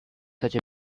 such